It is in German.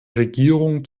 regierung